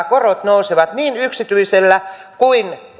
korot nousevat niin yksityisellä kuin